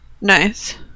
nice